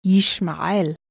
Yishma'el